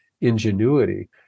ingenuity